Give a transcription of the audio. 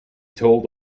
told